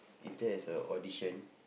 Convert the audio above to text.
if there is a audition